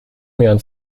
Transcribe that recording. mian